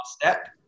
step